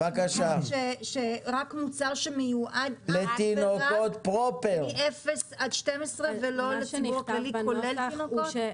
שרק מוצר שמיועד מגיל אפס עד 12 --- לתינוקות פרופר.